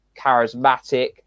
charismatic